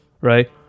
right